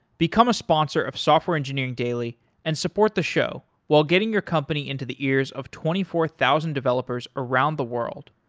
become a sponsor of software engineering daily and support the show while getting your company into the ears of twenty four thousand developers around the world.